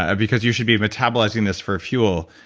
ah because you should be metabolizing this for fuel.